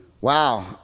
Wow